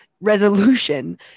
resolution